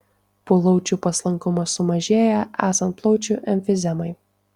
plaučių paslankumas sumažėja esant plaučių emfizemai